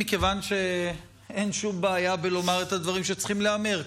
מכיוון שאין שום בעיה בלומר את הדברים שצריכים להיאמר,